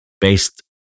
based